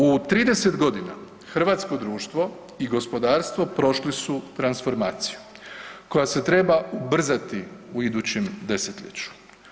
U 30.g. hrvatsko društvo i gospodarstvo prošli su transformaciju koja se treba ubrzati u idućem desetljeću.